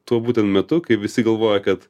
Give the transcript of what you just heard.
tuo būtent metu kai visi galvoja kad